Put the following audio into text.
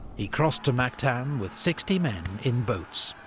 he crossed to mactan with sixty men in boats.